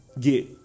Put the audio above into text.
get